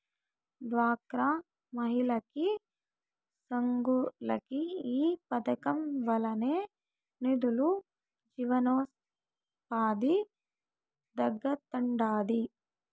డ్వాక్రా మహిళలకి, సంఘాలకి ఈ పదకం వల్లనే నిదులు, జీవనోపాధి దక్కతండాడి